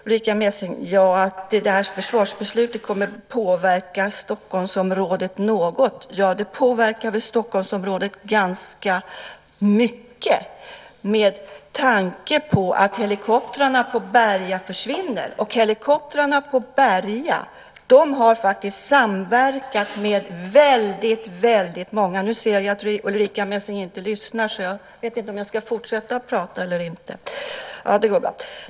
Ulrica Messing säger att försvarsbeslutet kommer att påverka Stockholmsområdet något. Ja, det påverkar väl Stockholmsområdet ganska mycket med tanke på att helikoptrarna på Berga försvinner. Helikoptrarna på Berga har faktiskt samverkat med väldigt många. Jag vet inte om jag ska fortsätta prata eller inte eftersom Ulrica Messing inte verkar lyssna.